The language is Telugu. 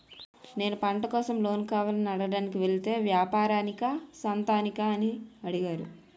నేను పంట కోసం లోన్ కావాలని అడగడానికి వెలితే వ్యాపారానికా సొంతానికా అని అడిగారు